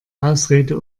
ausrede